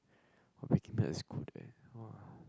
oh Breaking Bad is good eh !wah!